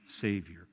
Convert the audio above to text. Savior